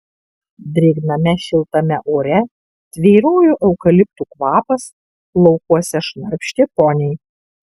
drėgname šiltame ore tvyrojo eukaliptų kvapas laukuose šnarpštė poniai